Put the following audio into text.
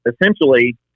essentially